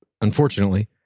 unfortunately